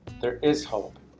there is hope.